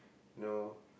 know